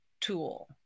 tool